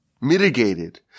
mitigated